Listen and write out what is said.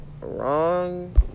wrong